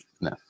No